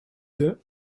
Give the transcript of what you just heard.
the